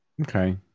Okay